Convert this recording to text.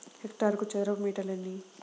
హెక్టారుకు చదరపు మీటర్లు ఎన్ని?